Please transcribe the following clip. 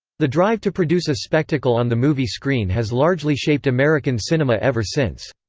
the drive to produce a spectacle on the movie screen has largely shaped american cinema ever since.